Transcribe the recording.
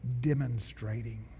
demonstrating